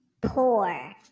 poor